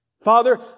Father